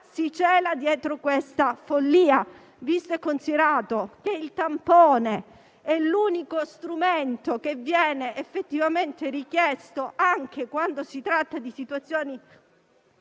si cela dietro questa follia, visto e considerato che il tampone è l'unico strumento che viene effettivamente richiesto anche quando si tratta di situazioni